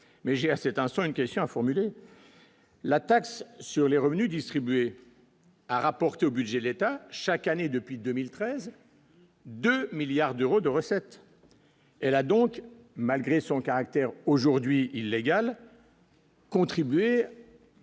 mais j'ai à cet instant une question à formuler. La taxe sur les revenus distribués a rapporté au budget de l'État chaque année depuis 2013. 2 milliards d'euros de recettes, elle a donc malgré son caractère aujourd'hui illégale. Contribuer.